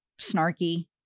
snarky